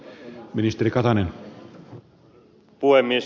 arvoisa puhemies